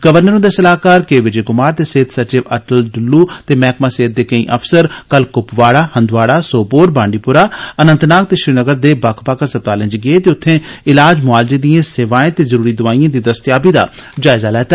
governor हुंदे सलाहकार K Vijay Kumar ते सेहत सचिव अटल डुल्लू ते मैहकमा सेहत दे केई अफसर कल कुपवाड़ा हंदवाड़ा सोपोर बांडीपोरा अनन्तनाग ते श्रीनगर दे बक्ख बक्ख अस्पतालें च गे ते उत्थे इलाज मुआलजे दिए सेवाएं ते ज़रूरी दोआइएं दी दस्तयाबी दा जायज़ा लैता